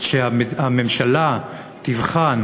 שהממשלה תבחן